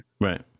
Right